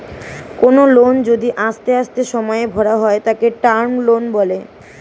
কোনো লোন যদি আস্তে আস্তে সময়ে ভরা হয় তাকে টার্ম লোন বলে